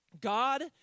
God